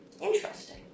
Interesting